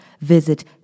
visit